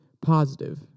positive